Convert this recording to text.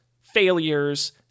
failures